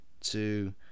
two